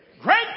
Great